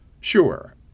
Sure